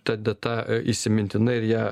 ta data įsimintina ir ją